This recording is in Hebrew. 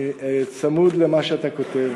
אני צמוד למה שאתה כותב,